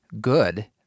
good